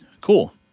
Cool